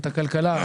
את הכלכלה,